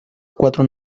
cuatro